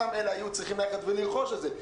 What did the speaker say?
אותם אלה היו צריכים לרכוש את זה.